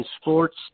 Sports